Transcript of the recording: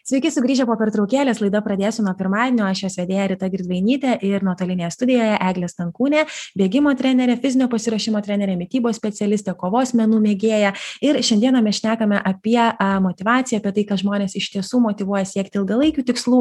sveiki sugrįžę po pertraukėlės laida pradėsiu nuo pirmadienio aš jos vedėja rita girdvainytė ir nuotolinėje studijoje eglė stankūnė bėgimo trenerė fizinio pasiruošimo trenerė mitybos specialistė kovos menų mėgėja ir šiandieną mes šnekame apie motyvaciją apie tai kas žmones iš tiesų motyvuoja siekti ilgalaikių tikslų